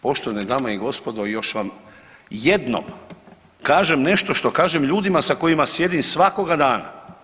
Poštovane dame i gospodo još vam jednom kažem nešto što kažem ljudima sa kojima sjedim svakoga dana.